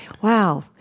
wow